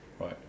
right